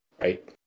Right